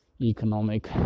economic